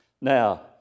Now